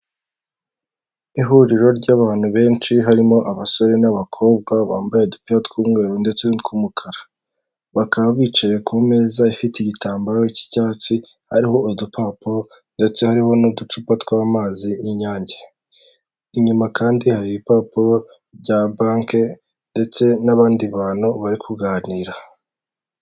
Ihuriro ry'abantu benshi harimo abasore n'abakobwa bambaye udupira tw'umweru ndetse n'utw'umukara, bakaba bicaye ku meza ifite igitambaro k'icyatsi, hariho udupapuro ndetse hariho n'uducupa tw'amazi y'inyange, inyuma kandi hariho ibipapuro bya banki ndetse n'abandi bantu bari kuganira.